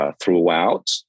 throughout